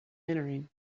entering